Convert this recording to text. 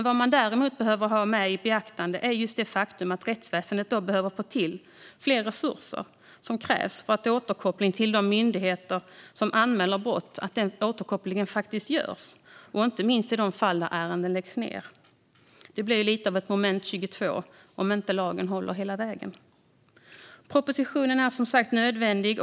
Vad man däremot bör ha i beaktande är det faktum att rättsväsendet behöver få de resurser som krävs och att en återkoppling till de myndigheter som anmäler ett brott faktiskt görs, inte minst i de fall där ärenden läggs ned. Det blir ju lite av ett moment 22 om lagen inte håller hela vägen. Propositionen är som sagt nödvändig.